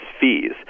fees